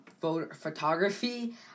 photography